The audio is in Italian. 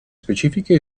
specifiche